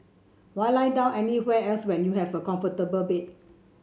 why lie down anywhere else when you have a comfortable bed